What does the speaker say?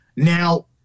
Now